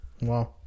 wow